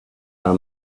how